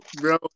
bro